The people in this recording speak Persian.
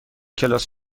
کلاس